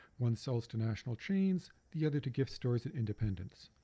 one sells to national chains the other to gift stores and independents.